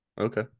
Okay